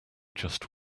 just